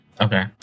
Okay